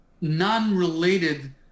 non-related